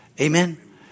Amen